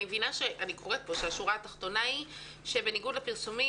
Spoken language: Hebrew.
אני קוראת פה שהשורה התחתונה היא שבניגוד לפרסומים